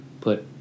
put